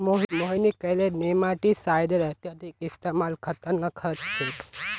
मोहिनी कहले जे नेमाटीसाइडेर अत्यधिक इस्तमाल खतरनाक ह छेक